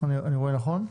רואה נכון?